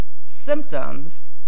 symptoms